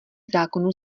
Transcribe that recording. zákonů